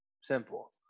Simple